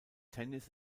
tennis